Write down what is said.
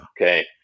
Okay